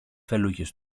φελούκες